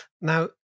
Now